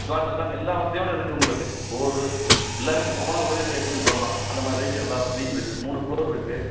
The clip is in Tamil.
ப்ளாட் எல்லாம் எல்லாம் வசதியோடய இருக்குது உங்களுக்கு போரு எல்லாமே நீங்கள் போன உடனே போய் குடி பண்ணலாம் அந்த மாதிரி ரேஞ்சில் எல்லாம் வசதியும் இருக்குது மூணு ஃப்ளோர் இருக்குது